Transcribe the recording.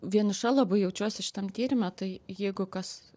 vieniša labai jaučiuosi šitam tyrime tai jeigu kas